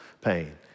pain